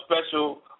special